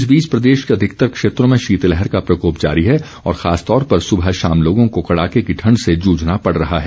इस बीच प्रदेश के अधिकतर क्षेत्रो में शीतलहर का प्रकोप जारी है और खासतौर पर सुबह शाम लोगों को कड़ाके की ठण्ड से जूझना पड़ रहा है